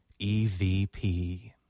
EVP